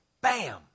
Bam